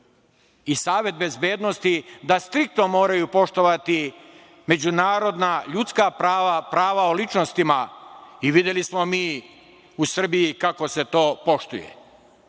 i Savet bezbednosti da striktno moraju poštovati međunarodna ljudska prava, prava o ličnostima. Videli smo mi u Srbiji kako se to poštuje.